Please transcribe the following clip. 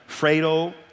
Fredo